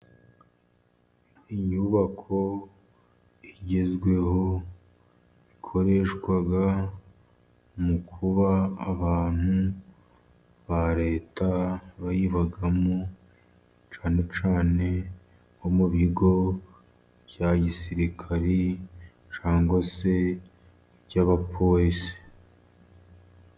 Inyubako igezweho ikoreshwa mu kuba abantu ba leta bayibamo, cyane cyane bo mu bigo bya gisirikari cyangwa se by'abapolisi.